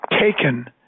taken